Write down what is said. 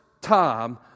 time